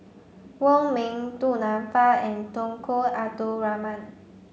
Wong Ming Du Nanfa and Tunku Abdul Rahman